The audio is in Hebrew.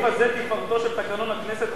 אם על הסעיף הזה תפארתו של תקנון הכנסת,